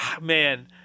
man